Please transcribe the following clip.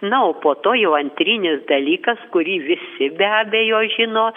na o po to jau antrinis dalykas kurį visi be abejo žino